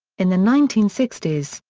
in the nineteen sixty s,